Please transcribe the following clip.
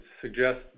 suggest